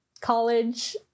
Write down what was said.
college